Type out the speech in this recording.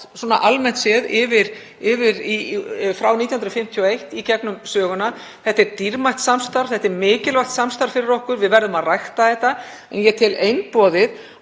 svona almennt séð frá 1951 og í gegnum söguna. Þetta er dýrmætt samstarf. Þetta er mikilvægt samstarf fyrir okkur. Við verðum að rækta það en ég tel einboðið